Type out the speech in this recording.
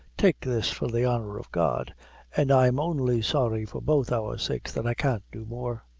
take this for the honor of god an' i'm only sorry, for both our sakes, that i can't do more.